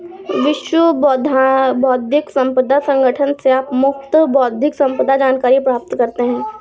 विश्व बौद्धिक संपदा संगठन से आप मुफ्त बौद्धिक संपदा जानकारी प्राप्त करते हैं